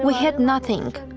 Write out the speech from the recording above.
had nothing.